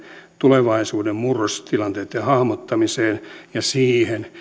tulevaisuuden murrostilanteitten hahmottamiseen ja siihen